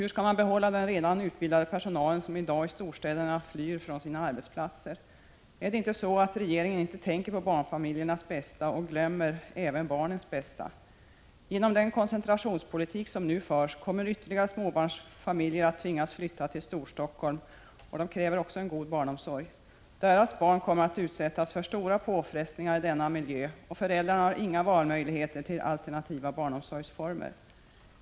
Hur skall man behålla den redan utbildade personalen, som i storstäderna i dag flyr från sina arbetsplatser? Är det inte så att regeringen inte tänker på barnfamiljernas bästa och är det inte så att man glömmer även barnens bästa? På grund av den koncentrationspolitik som nu förs kommer ytterligare småbarnsfamiljer att tvingas flytta till Storstockholm och där kräva god barnomsorg. Deras barn kommer att utsättas för stora påfrestningar i denna miljö, och föräldrarna har inga möjligheter att välja alternativa barnomsorgsformer.